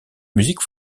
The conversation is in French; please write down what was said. musique